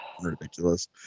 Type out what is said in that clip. Ridiculous